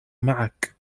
معك